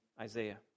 Isaiah